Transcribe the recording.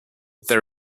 there